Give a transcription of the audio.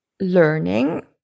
learning